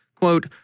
Quote